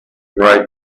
write